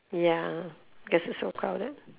ya because it's so crowded